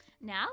Now